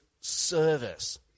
service